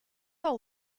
all